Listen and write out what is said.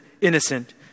innocent